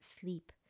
sleep